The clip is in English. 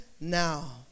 now